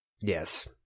Yes